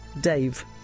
Dave